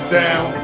down